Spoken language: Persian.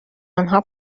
آنها